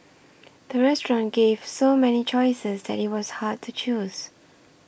the restaurant gave so many choices that it was hard to choose